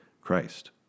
Christ